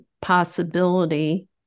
possibility